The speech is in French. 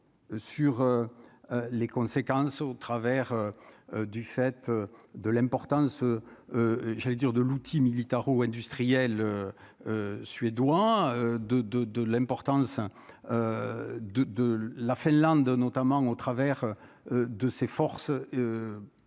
sur les conséquences au travers du fait de l'importance, j'allais dire de l'outil militaro-industriel suédois de, de, de l'importance de de la Finlande, notamment au travers de ses forces propres